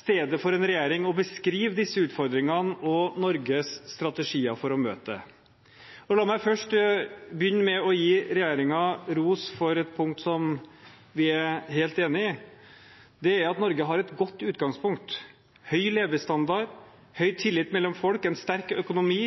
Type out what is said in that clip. stedet for en regjering å beskrive disse utfordringene og Norges strategier for å møte dem. La meg begynne med å gi regjeringen ros på et punkt hvor vi er helt enige. Det er at Norge har et godt utgangspunkt. Høy levestandard, høy grad av tillit mellom folk og en sterk økonomi